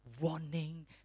warning